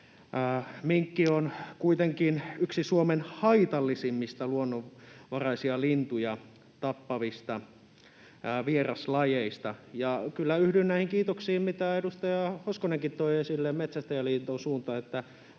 Minkki on kuitenkin yksi Suomen haitallisimmista luonnonvaraisia lintuja tappavista vieraslajeista, ja kyllä yhdyn näihin kiitoksiin, mitä edustaja Hoskonenkin toi esille Metsästäjäliiton suuntaan,